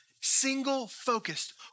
single-focused